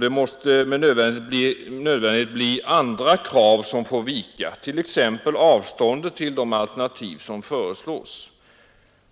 Det måste med nödvändighet bli andra krav som får vika, t.ex. avståndet från Stockholm till de alternativ som föreslås